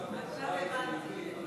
עכשיו הבנתי.